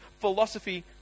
philosophy